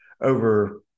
over